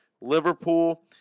Liverpool